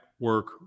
work